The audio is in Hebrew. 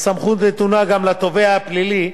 הסמכות נתונה גם לתובע הפלילי.